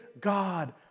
God